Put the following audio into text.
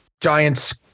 Giants